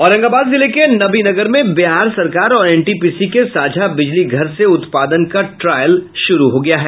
औरंगाबाद जिले के नवीनगर में बिहार सरकार और एनटीपीसी के साझा बिजली घर से उत्पादन का ट्रायल शुरू हो गया है